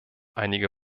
einige